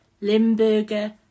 Limburger